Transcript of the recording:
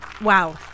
wow